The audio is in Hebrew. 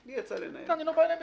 אני לא בא אליהם